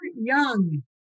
young